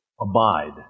abide